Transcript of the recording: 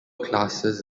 classes